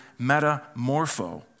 metamorpho